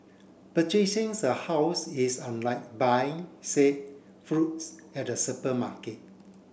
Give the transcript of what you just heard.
a house is unlike buying say fruits at a supermarket